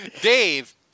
Dave